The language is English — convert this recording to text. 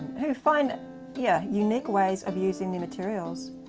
find yeah, unique ways of using the materials.